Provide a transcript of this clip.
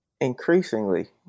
Increasingly